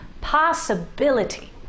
possibility